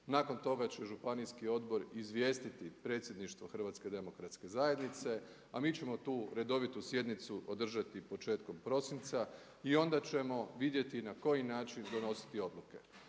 nakon toga će županijski odbor izvijestiti predsjedništvo HDZ-a a mi ćemo tu redovitu sjednicu održati početkom prosinca i onda ćemo vidjeti na koji način donositi odluke.